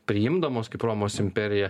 priimdamos kaip romos imperija